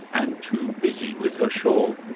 and too busy with her shawl.